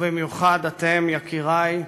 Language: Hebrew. ובמיוחד אתם, יקירי,